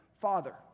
Father